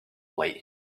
light